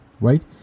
right